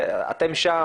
אתם שם,